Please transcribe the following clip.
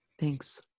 thanks